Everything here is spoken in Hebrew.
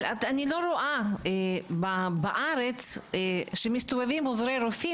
אבל אני לא רואה בארץ שמסתובבים עוזרי רופאים